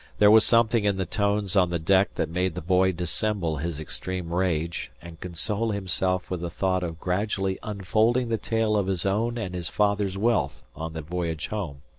there was something in the tones on the deck that made the boy dissemble his extreme rage and console himself with the thought of gradually unfolding the tale of his own and his father's wealth on the voyage home.